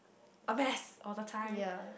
a mess all the time